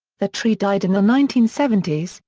the tree died in the nineteen seventy s,